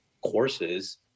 courses